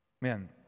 Man